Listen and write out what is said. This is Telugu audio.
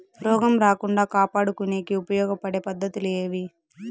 రోగం రాకుండా కాపాడుకునేకి ఉపయోగపడే పద్ధతులు ఏవి?